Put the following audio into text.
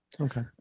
okay